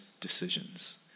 decisions